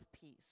peace